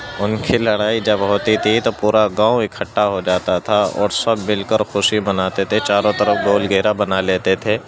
ان کی لرائی جب ہوتی تھی تو پورا گاؤں اکٹھا ہو جاتا تھا اور سب مل کر خوشی مناتے تھے چاروں طرف گول گھیرا بنا لیتے تھے